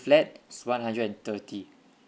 flat is one hundred and thirty